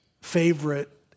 favorite